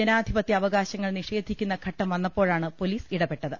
ജനാധിപത്യ അവകാശങ്ങൾ നിഷേധി ക്കുന്ന ഘട്ടം വന്നപ്പോഴാണ് പൊലീസ് ഇടപെട്ടത്